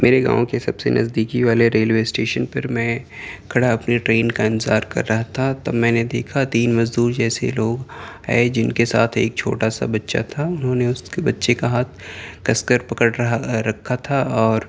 میرے گاؤں کے سب سے نزدیکی والے ریلوے اسٹیشن پر میں کھڑا اپنے ٹرین کا انتظار کر رہا تھا تب میں نے دیکھا تین مزدور جیسے لوگ آئے جن کے ساتھ ایک چھوٹا سا بچہ تھا انہوں نے اس بچے کا ہاتھ کَس کر پکڑ رہا رکھا تھا اور